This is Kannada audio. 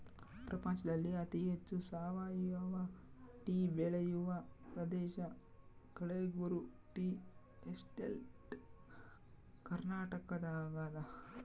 ಪ್ರಪಂಚದಲ್ಲಿ ಅತಿ ಹೆಚ್ಚು ಸಾವಯವ ಟೀ ಬೆಳೆಯುವ ಪ್ರದೇಶ ಕಳೆಗುರು ಟೀ ಎಸ್ಟೇಟ್ ಕರ್ನಾಟಕದಾಗದ